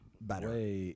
better